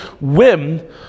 whim